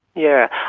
yeah.